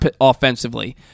offensively